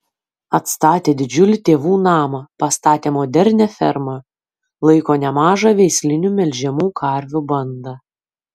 atstatė didžiulį tėvų namą pastatė modernią fermą laiko nemažą veislinių melžiamų karvių bandą